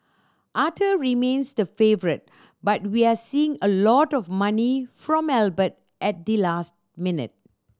Arthur remains the favourite but we're seeing a lot of money from Albert at the last minute